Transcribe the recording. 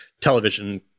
television